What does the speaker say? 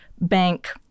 bank